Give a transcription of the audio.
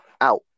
out